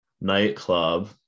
nightclub